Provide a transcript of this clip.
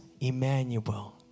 Emmanuel